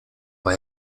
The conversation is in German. war